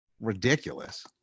ridiculous